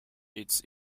its